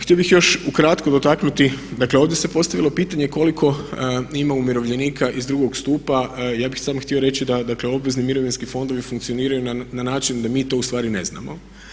Htio bih još ukratko dotaknuti, dakle ovdje se postavilo pitanje koliko ima umirovljenika iz drugog stupa, ja bih samo htio reći da dakle obvezni mirovinski fondovi funkcioniraju na način da mi to ustvari ne znamo.